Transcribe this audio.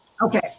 Okay